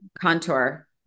contour